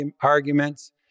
arguments